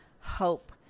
hope